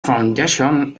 foundation